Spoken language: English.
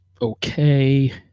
okay